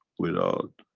without